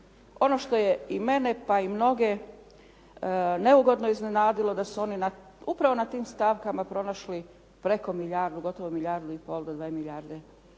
ono što je i mene pa i mnoge neugodno iznenadilo da su oni upravo na tim stavkama pronašli preko milijardu, gotovo milijardu i pol do dvije milijarde